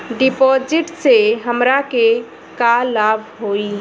डिपाजिटसे हमरा के का लाभ होई?